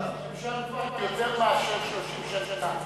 הם שם כבר יותר מאשר 30 שנה.